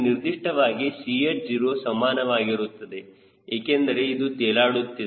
ಹೀಗಾಗಿ ಇದು ನಿರ್ದಿಷ್ಟವಾಗಿ 𝐶hO ಸಮಾನವಾಗಿರುತ್ತದೆ ಏಕೆಂದರೆ ಇದು ತೇಲಾಡುತ್ತಿದೆ